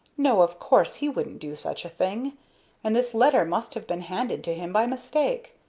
no, of course he wouldn't do such a thing and this letter must have been handed to him by mistake.